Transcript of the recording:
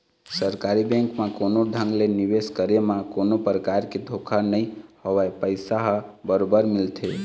सरकारी बेंक म कोनो ढंग ले निवेश करे म कोनो परकार के धोखा नइ होवय पइसा ह बरोबर मिलथे